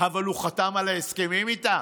אבל הוא חתם על ההסכמים איתם.